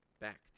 back